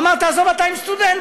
הוא אמר: תעזוב אתה עם סטודנטים,